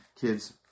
kids